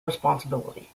responsibility